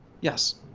Yes